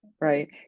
Right